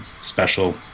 special